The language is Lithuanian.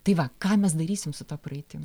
tai va ką mes darysim su ta praeitim